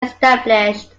established